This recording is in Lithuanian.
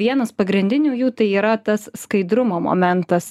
o vienas pagrindinių jų tai yra tas skaidrumo momentas